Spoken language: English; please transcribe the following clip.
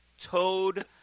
Toad